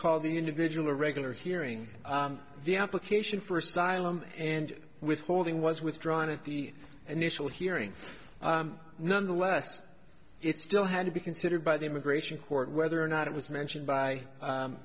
called the individual or regular hearing the application for asylum and withholding was withdrawn at the initial hearing nonetheless it still had to be considered by the immigration court whether or not it was mentioned by